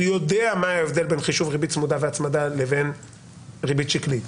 הוא יודע מה ההבדל בין חישוב ריבית צמודה והצמדה לבין ריבית שקלית.